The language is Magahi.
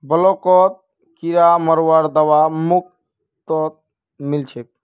ब्लॉकत किरा मरवार दवा मुफ्तत मिल छेक